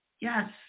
Yes